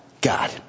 God